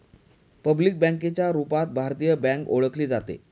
public बँकेच्या रूपात भारतीय बँक ओळखली जाते